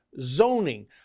zoning